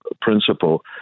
principle